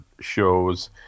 shows